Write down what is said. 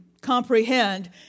comprehend